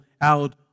out